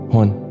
one